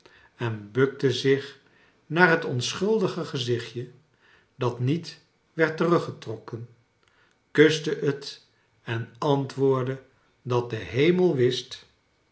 en bukte zich naar het onscbuldige gezichtje dat niet werd teruggetrokken kuste het en antwoordde dat de hemel wist